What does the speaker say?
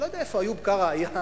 אני לא יודע איפה איוב קרא היה.